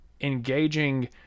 engaging